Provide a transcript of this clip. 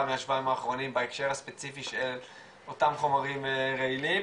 מהשבועיים האחרונים בהקשר הספציפי של אותם חומרים רעילים.